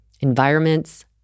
environments